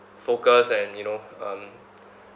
focus and you know um